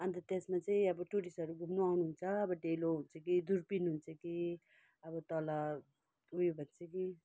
अन्त त्यसमा चाहिँ अब टुरिस्टहरू घुम्नु आउनु हुन्छ अब डेलो हुन्छ कि दुरपिन हुन्छ कि अब तल उयो भन्छ कि